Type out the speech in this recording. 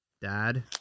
dad